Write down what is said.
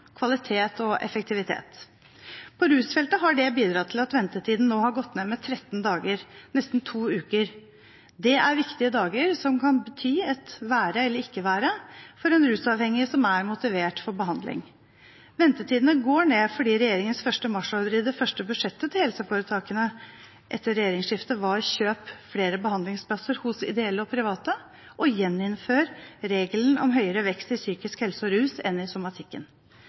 kvalitet og effektivitet. På rusfeltet har det bidratt til at ventetiden nå har gått ned med 13 dager – nesten to uker. Det er viktige dager, som kan bety et være eller ikke være for en rusavhengig som er motivert for behandling. Ventetidene går ned fordi regjeringens første marsjordre i det første budsjettet til helseforetakene etter regjeringsskiftet var kjøp av flere behandlingsplasser hos ideelle og private og gjeninnføring av regelen om høyere vekst i psykisk helse og rus enn i somatikken.